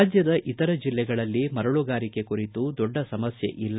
ರಾಜ್ಯದ ಇತರ ಜಿಲ್ಲೆಗಳಲ್ಲಿ ಮರಳುಗಾರಿಕೆ ಕುರಿತು ದೊಡ್ಡ ಸಮಸ್ಕೆ ಇಲ್ಲ